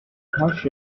harsh